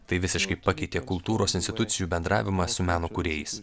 tai visiškai pakeitė kultūros institucijų bendravimą su meno kūrėjais